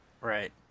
Right